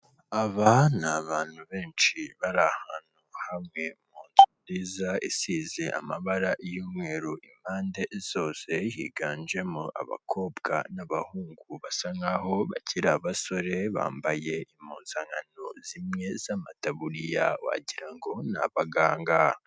Aba ni abantu benshi bari ahantu hamwe mu nzu nziza isize amabara y'umweru impande zose, higanjemo abakobwa n'abahungu basa nkaho bakiri abasore, bambaye impuzankano zimwe z'amataburiya wagira ngo ni abaganga.